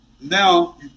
now